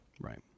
Right